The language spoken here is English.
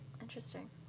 Interesting